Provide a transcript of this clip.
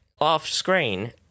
off-screen